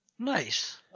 nice